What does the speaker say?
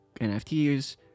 NFTs